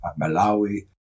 Malawi